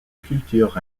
culture